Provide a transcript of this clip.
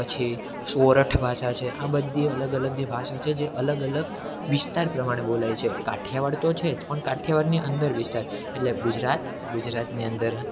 પછી સોરઠ ભાષા છે આ બધી અલગ અલગ જે ભાષા છે જે અલગ અલગ વિસ્તાર પ્રમાણે બોલાય છે કાઠિયાવાડ તો છે જ પણ કાઠિયાવાડની અંદર વિસ્તાર એટલે ગુજરાત ગુજરાતની અંદર